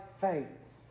faith